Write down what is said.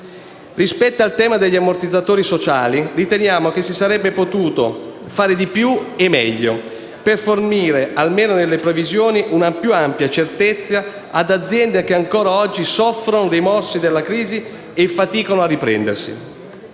Rispetto al tema degli ammortizzatori sociali, riteniamo che si sarebbe potuto fare di più e meglio per fornire, almeno nelle previsioni, una più ampia certezza ad aziende che ancora oggi soffrono dei morsi della crisi e faticano a riprendersi.